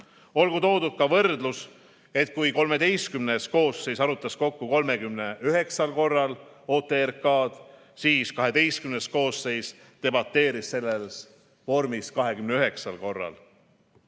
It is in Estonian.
Olgu toodud ka võrdlus, et kui XIII koosseis arutas kokku 39 korral OTRK-d, siis XII koosseis debateeris selles vormis 29 korral.